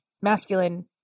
masculine